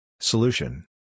Solution